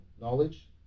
knowledge